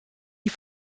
die